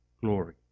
glory